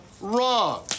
wrong